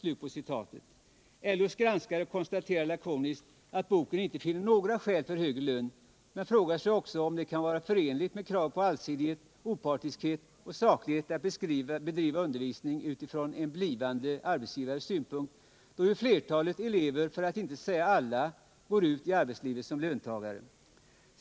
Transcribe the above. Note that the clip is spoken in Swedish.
LO:s granskare konstaterar lakoniskt att boken inte finner några skäl för högre lön men frågar sig också om det kan vara förenligt med kravet på allsidighet, opartiskhet och saklighet att bedriva undervisning utifrån en blivande arbetsgivares synpunkt, då flertalet elever, för att inte säga alla, går ut i arbetslivet som löntagare.